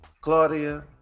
Claudia